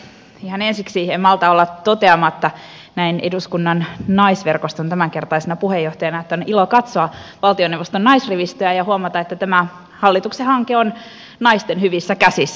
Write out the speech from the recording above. ihan ensiksi en malta olla toteamatta näin eduskunnan naisverkoston tämänkertaisena puheenjohtajana että on ilo katsoa valtioneuvoston naisrivistöä ja huomata että tämä hallituksen hanke on naisten hyvissä käsissä